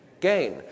gain